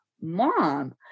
mom